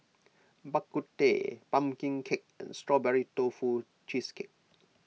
Bak Kut Teh Pumpkin Cake and Strawberry Tofu Cheesecake